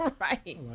Right